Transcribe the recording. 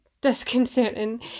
disconcerting